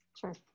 Sure